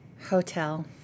hotel